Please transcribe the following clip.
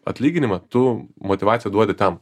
atlyginimą tu motyvaciją duodi tam